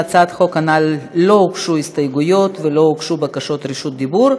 להצעת החוק לא הוגשו הסתייגויות ולא הוגשו בקשות רשות דיבור,